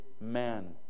man